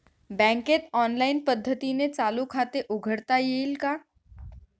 बँकेत ऑनलाईन पद्धतीने चालू खाते उघडता येईल का?